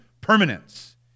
permanence